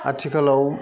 आथिखालाव